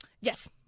Yes